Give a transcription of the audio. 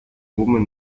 woman